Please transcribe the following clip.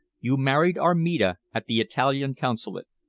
you married armida at the italian consulate.